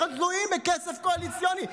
צריכים להיות תלויים בכסף קואליציוני.